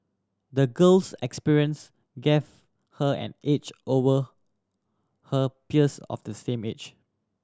the girl's experience gave her an edge over her peers of the same age